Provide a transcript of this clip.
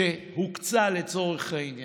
שהוקצה לצורך העניין,